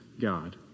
God